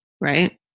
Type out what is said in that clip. right